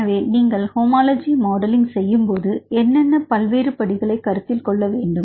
எனவே நீங்கள் homology modelling செய்யும்போது என்ன என்ன பல்வேறு படிகளை கருத்தில் கொள்ள வேண்டும்